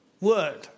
word